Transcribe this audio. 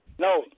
No